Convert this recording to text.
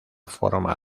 forma